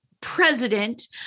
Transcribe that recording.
president